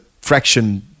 fraction